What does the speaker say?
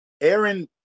Aaron